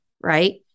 right